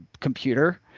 computer